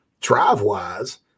drive-wise